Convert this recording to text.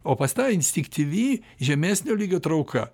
o pas tą instinktyvi žemesnio lygio trauka